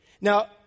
Now